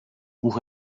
buch